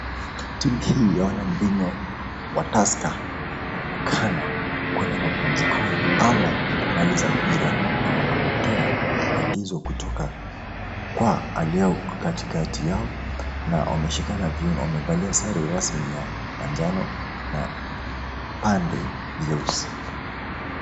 Timu hii ya wanamvinyo wa Tusker inaonekana kuenda mapumzikoni ama kumaliza mpira na wanapokea maagizo kutoka kwa alio katikati yao na wameshikana viuno. Wamevalia sare rasmi ya manjano na vipande vyeusi.